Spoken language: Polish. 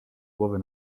głowy